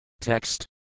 Text